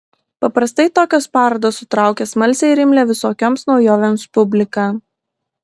paprastai tokios parodos sutraukia smalsią ir imlią visokioms naujovėms publiką